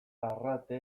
arrate